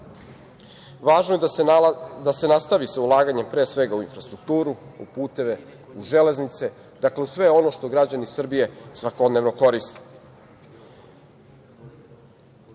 je da se nastavi sa ulaganjem u infrastrukturu, puteve, železnice, dakle, u sve ono što građani Srbije svakodnevno koriste. Iako